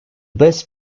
best